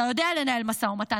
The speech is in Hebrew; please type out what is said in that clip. אתה יודע לנהל משא ומתן,